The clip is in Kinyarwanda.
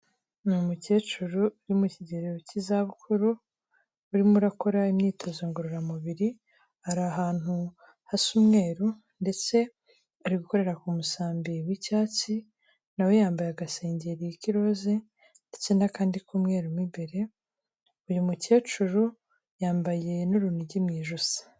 Ni umukecuru uri mu kigero cy'izabukuru, urimo urakora imyitozo ngororamubiri, ari ahantu hasa umweru, ndetse ari gukorera ku musambi w'icyatsi, nawe yambaye agasengeri k'iroze, ndetse n'akandi k'umweru mo imbere, uyu mukecuru yambaye n'urunigi mu ijosi.